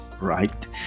right